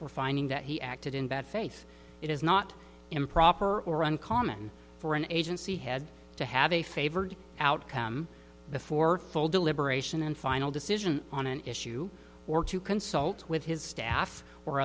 for finding that he acted in bad faith it is not improper or uncommon for an agency had to have a favored outcome before full deliberation and final decision on an issue or to consult with his staff or